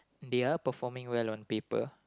they are performing well on paper